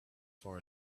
far